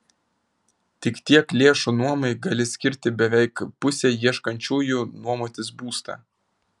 tik tiek lėšų nuomai gali skirti beveik pusė ieškančiųjų nuomotis būstą